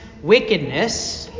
wickedness